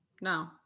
No